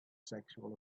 sexual